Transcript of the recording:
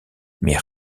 mais